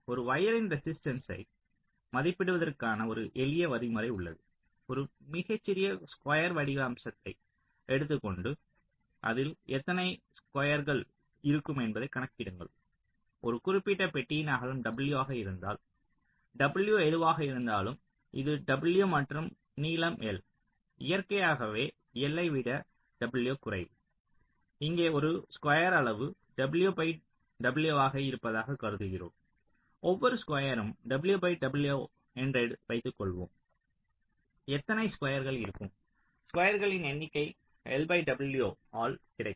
ஒரு வயரின் ரெசிஸ்டன்ஸ்யை மதிப்பிடுவதற்கான ஒரு எளிய வழிமுறை உள்ளது மிகச்சிறிய ஸ்குயர் வடிவ அம்சத்தை எடுத்துக்கொண்டு அதில் எத்தனை ஸ்குயர்கள் இருக்கும் என்பதைக் கணக்கிடுங்கள் ஒரு குறிப்பிட்ட பெட்டியின் அகலம் w ஆக இருந்தால் w எதுவாக இருந்தாலும் இது w மற்றும் நீளம் எல் இயற்கையாகவே எல் ஐ விடக் w குறைவு இங்கே ஒரு ஸ்குயர் அளவு w பை w ஆக இருப்பதாகக் கருதுகிறோம் ஒவ்வொரு ஸ்குயரும் w பை w என்று வைத்துக்கொள்ளுவோம் எத்தனை ஸ்குயர்கள் இருக்கும் ஸ்குயர்களின் எண்ணிக்கை ஆல் கிடைக்கும்